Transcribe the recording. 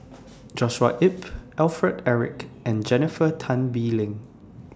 Joshua Ip Alfred Eric and Jennifer Tan Bee Leng